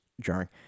jarring